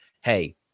Hey